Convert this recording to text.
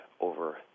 over